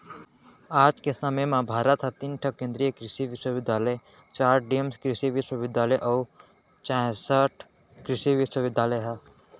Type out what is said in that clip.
आज के समे म भारत म तीन ठन केन्द्रीय कृसि बिस्वबिद्यालय, चार डीम्ड कृसि बिस्वबिद्यालय अउ चैंसठ कृसि विस्वविद्यालय ह